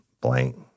blank